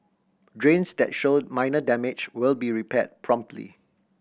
drains that show minor damage will be repaired promptly